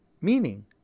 meaning